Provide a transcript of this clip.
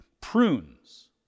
prunes